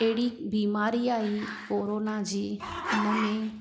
अहिड़ी बीमारी आई कोरोना जी उनमें